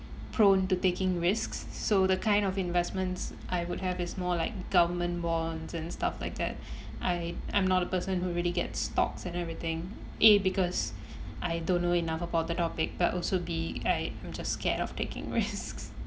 prone to taking risks so the kind of investments I would have is more like government bonds and stuff like that I I'm not a person who really get stocks and everything A because I don't know enough about the topic but also B I am just scared of taking risks